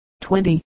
Twenty